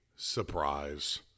Surprise